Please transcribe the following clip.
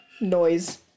Noise